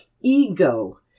ego